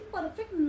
Perfect